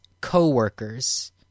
coworkers